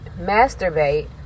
masturbate